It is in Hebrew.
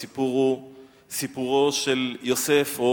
הסיפור הוא סיפורו של יוסף או